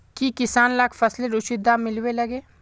की किसान लाक फसलेर उचित दाम मिलबे लगे?